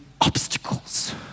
obstacles